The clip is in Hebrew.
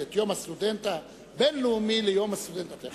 את יום הסטודנט הבין-לאומי ליום הסטודנט הלאומי.